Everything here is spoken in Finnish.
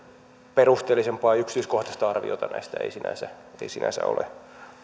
perusteellisempaa ja yksityiskohtaista arviota näistä ei sinänsä ei sinänsä